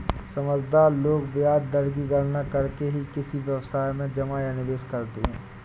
समझदार लोग ब्याज दर की गणना करके ही किसी व्यवसाय में जमा या निवेश करते हैं